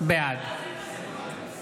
בעד